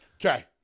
Okay